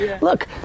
Look